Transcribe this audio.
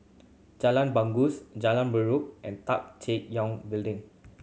Jalan Bangau Jalan Derum and Tan Teck young Building